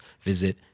visit